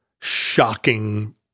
shocking